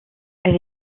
elle